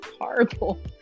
horrible